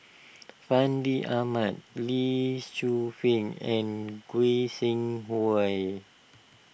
Fandi Ahmad Lee Shu Fen and Goi Seng Hui